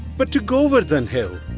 but to govardhana hill.